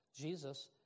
Jesus